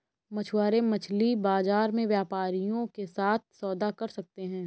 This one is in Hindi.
मछुआरे मछली बाजार में व्यापारियों के साथ सौदा कर सकते हैं